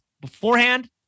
beforehand